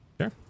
Sure